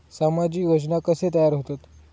सामाजिक योजना कसे तयार होतत?